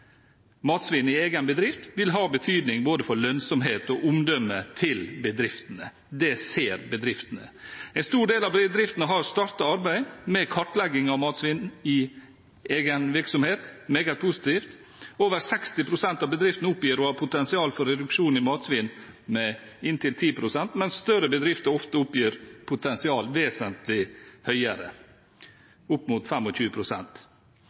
matsvinn i egen bedrift vil ha betydning for både lønnsomhet og omdømmet til bedriftene. Det ser bedriftene. En stor del av bedriftene har startet arbeidet med kartlegging av matsvinn i egen virksomhet – meget positivt. Over 60 pst. av bedriftene oppgir å ha potensial for reduksjon i matsvinn med inntil 10 pst., mens større bedrifter oftere oppgir et potensial som er vesentlig høyere, opp mot